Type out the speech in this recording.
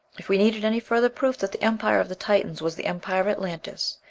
if we needed any further proof that the empire of the titans was the empire of atlantis,